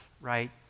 right